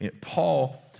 Paul